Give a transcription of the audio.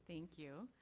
thank you.